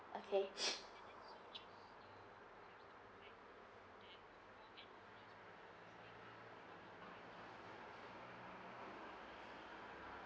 okay